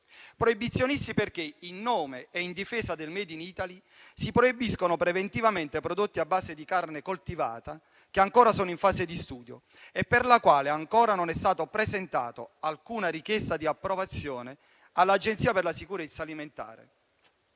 proibizionista perché, in nome e in difesa del *made in Italy* si proibiscono preventivamente prodotti a base di carne coltivata, che ancora sono in fase di studio e per i quali ancora non è stata presentata alcuna richiesta di approvazione all'Agenzia per la sicurezza alimentare.